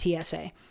TSA